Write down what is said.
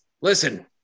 listen